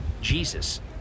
jesus